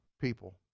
people